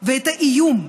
ואת האיום,